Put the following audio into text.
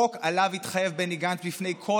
חוק שעליו התחייב בני גנץ בפני כל